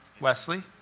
Wesley